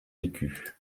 écus